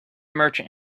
merchant